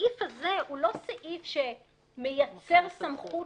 הסעיף הזה הוא לא סעיף שמייצר סמכות